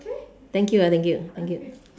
thank you ah thank you thank you